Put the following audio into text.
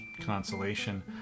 consolation